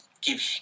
give